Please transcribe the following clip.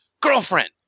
girlfriend